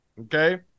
okay